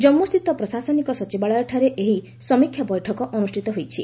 ଜାନ୍ମୁସ୍ଥିତ ପ୍ରଶାସନିକ ସଚିବାଳୟଠାରେ ଏହି ସମୀକ୍ଷା ବୈଠକ ଅନୁଷ୍ଠିତ ହୋଇଛି